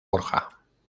borja